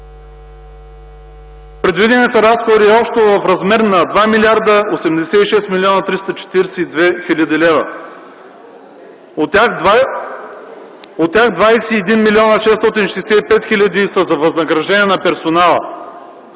Предвидени са разходи общо в размер на 2 млрд. 86 млн. 342 хил. лв., от тях 21 млн. 665 хил. лв. са за възнаграждения на персонала.